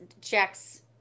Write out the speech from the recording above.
checks